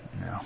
No